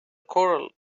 corral